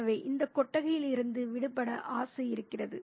எனவே இந்த கொட்டகையிலிருந்து விடுபட ஆசை இருக்கிறது